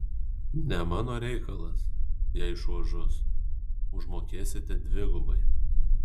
ne mano reikalas jei šuo žus užmokėsite dvigubai